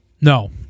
No